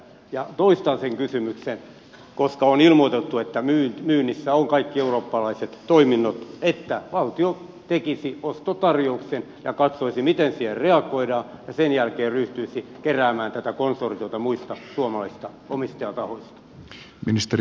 ja koska on ilmoitettu että myynnissä ovat kaikki eurooppalaiset toiminnot toistan kysymyksen siitä että valtio tekisi ostotarjouksen ja katsoisi miten siihen reagoidaan ja sen jälkeen ryhtyisi keräämään tätä konsortiota muista suomalaisista omistajatahoista